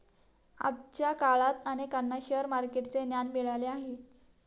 आजच्या काळात अनेकांना शेअर मार्केटचे ज्ञान मिळाले आहे